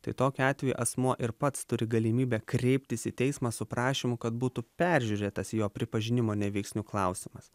tai tokiu atveju asmuo ir pats turi galimybę kreiptis į teismą su prašymu kad būtų peržiūrėtas jo pripažinimo neveiksniu klausimas